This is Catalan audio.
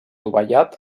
dovellat